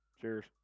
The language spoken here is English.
Cheers